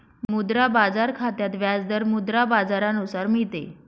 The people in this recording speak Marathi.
मुद्रा बाजार खात्यात व्याज दर मुद्रा बाजारानुसार मिळते